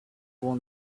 won